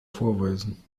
vorweisen